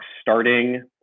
starting